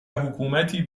حکومتی